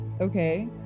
Okay